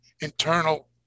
internal